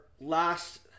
last